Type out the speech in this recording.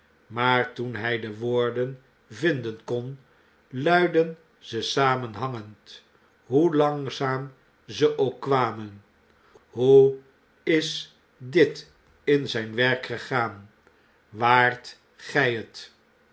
maar toen hfl de woorden vinden kon luidden ze samenhangend hoe langzaam ze ook kwamen a hoe is dit in zjjn werk gegaan w a ar t gjj het